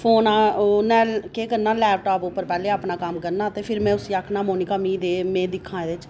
phone उन्नै केह् करना लैपटॉप पर पैह्लें उन्नै अपना कम्म करना प्ही में आखना मोनिका मिगी दे में दिक्खा एह्दे च